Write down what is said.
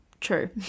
true